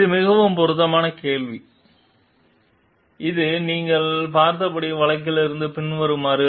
இது மிகவும் பொருத்தமான கேள்வி இது நீங்கள் பார்த்தபடி வழக்கிலிருந்து பின்வருமாறு